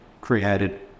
created